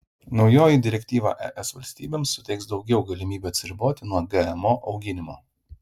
naujoji direktyva es valstybėms suteiks daugiau galimybių atsiriboti nuo gmo auginimo